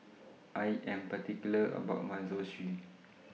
I Am particular about My Zosui